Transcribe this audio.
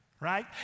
Right